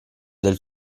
del